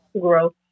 Growth